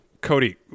cody